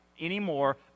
anymore